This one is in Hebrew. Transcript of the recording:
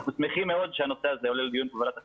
אנחנו שמחים מאוד שהנושא הזה עולה לדיון בוועדת החינוך,